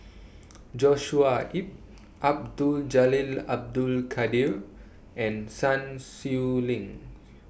Joshua Ip Abdul Jalil Abdul Kadir and Sun Xueling